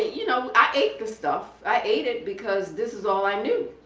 you know i ate the stuff, i ate it because this was all i knew.